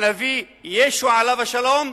הנביא ישו עליו השלום,